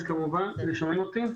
שומעים אותי?